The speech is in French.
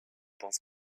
pense